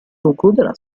concluderà